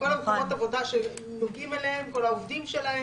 כל מקומות עבודה שנוגעים אליהם, כל העובדים שלהם,